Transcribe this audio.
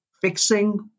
fixing